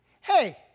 Hey